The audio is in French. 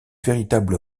véritable